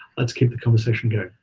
let's keep the conversation going.